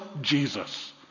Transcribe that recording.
Jesus